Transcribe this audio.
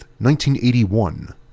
1981